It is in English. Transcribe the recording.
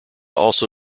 also